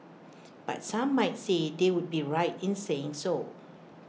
but some might say they would be right in saying so